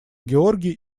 георгий